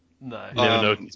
No